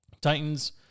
Titans